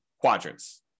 quadrants